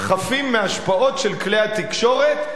חפים מהשפעות של כלי התקשורת,